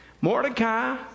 Mordecai